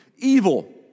evil